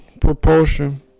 Propulsion